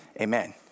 Amen